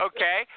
Okay